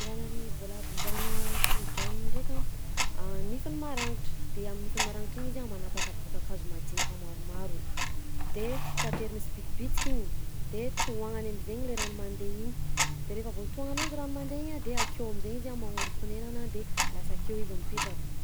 Nganan'ny voalavon-drano toho-dranony ndraika: nifiny marangitra, de amy nifiny marangitra igny izy a manapatapaka kakazo madinika maromaro, de taterina sibitibitika igny de tohagnany am'zaigny le rano mandeha igny, de rehefa voatohagna ananjy rano mandeha igny a de akeo am'zaigny izy a magnorom-ponenana de lasa akeo izy mipetraka.